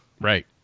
Right